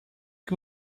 que